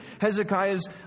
Hezekiah's